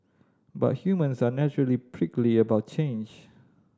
but humans are naturally prickly about change